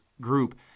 Group